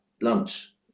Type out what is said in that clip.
lunch